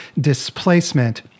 displacement